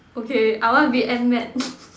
okay I want to be Ant Man